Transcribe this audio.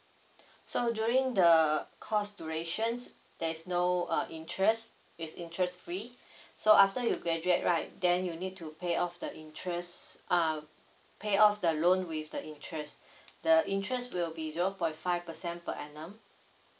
so during the course durations there's no uh interest it's interest free so after you graduate right then you need to pay off the interest uh pay off the loan with the interest the interest will be zero point five percent per annum